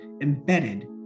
embedded